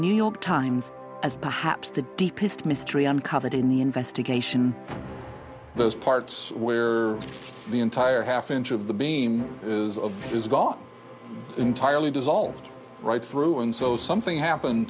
new york times as perhaps the deepest mystery uncovered in the investigation those parts where the entire half inch of the beam is of has gone entirely dissolved right through and so something happened